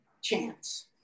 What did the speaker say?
chance